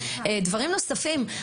דברים נוספים.